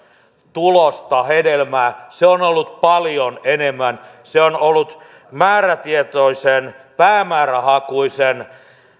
tulos hedelmä se on ollut paljon enemmän se on ollut määrätietoisen päämäärähakuisen